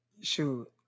Shoot